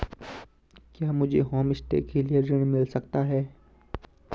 क्या मुझे होमस्टे के लिए ऋण मिल सकता है?